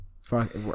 Fuck